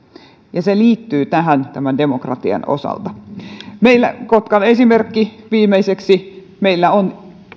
ja se liittyy tähän tämän demokratian osalta kotkasta esimerkki viimeiseksi meillä on